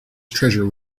treasure